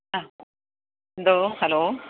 ആ എന്തോ ഹലോ